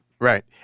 Right